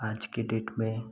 आज के डेट में